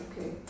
okay